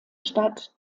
stadt